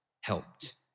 helped